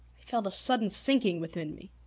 felt a sudden sinking within me.